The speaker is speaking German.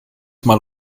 mal